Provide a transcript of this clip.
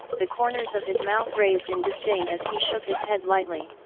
the corners of his mouth raised in disdain as he shook his head lightly.